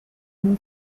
uno